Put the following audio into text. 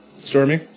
Stormy